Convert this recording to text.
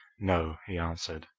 no, he answered,